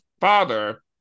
father